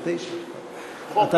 או 1999. חוק נסים זאב.